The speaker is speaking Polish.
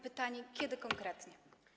Pytanie, kiedy konkretnie.